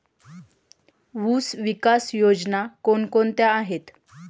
ऊसविकास योजना कोण कोणत्या आहेत?